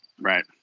Right